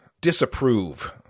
Disapprove